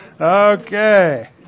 Okay